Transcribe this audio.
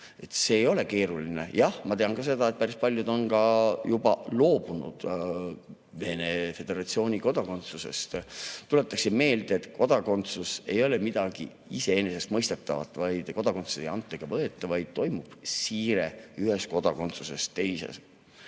See ei ole keeruline. Jah, ma tean ka seda, et päris paljud on juba loobunud Vene Föderatsiooni kodakondsusest. Tuletaksin meelde, et kodakondsus ei ole midagi iseenesestmõistetavat. Kodakondsust ei anta ega võeta, vaid toimub siire ühest kodakondsusest teise.